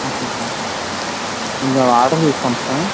okay sir and order తీసుకోండి sir